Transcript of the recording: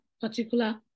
particular